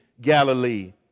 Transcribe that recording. Galilee